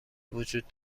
وجود